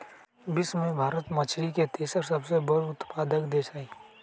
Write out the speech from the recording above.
विश्व में भारत मछरी के तेसर सबसे बड़ उत्पादक देश हई